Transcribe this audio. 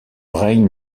règne